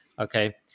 Okay